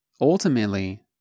Ultimately